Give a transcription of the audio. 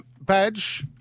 Badge